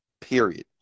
period